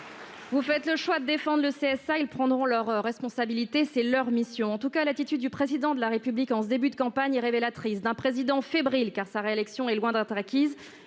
Vous faites le choix de défendre le CSA. Celui-ci prendra ses responsabilités : c'est sa mission. En tout cas, l'attitude du Président de la République en ce début de campagne est révélatrice d'un président fébrile, car sa réélection est loin d'être acquise.